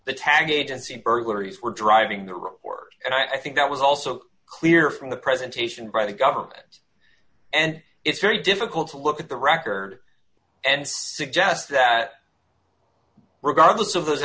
the tag agency burglaries were driving the report and i think that was also clear from the presentation by the government and it's very difficult to look at the record and suggest that regardless of those